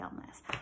illness